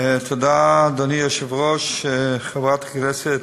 תודה, אדוני היושב-ראש, חברת הכנסת